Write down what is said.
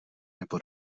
nebo